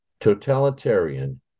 totalitarian